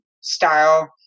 style